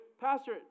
Pastor